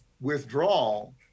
withdrawal